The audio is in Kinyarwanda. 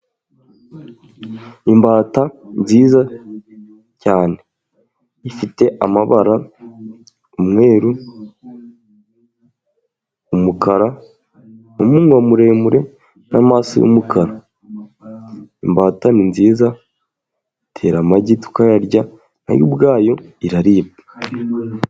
Imbata nziza cyane, ifite amabara, umweru, umukara n'umunwa muremure n'amaso y'umukara. Imbata ni nziza itera amagi tukayarya, nayo ubwayo iraribwa.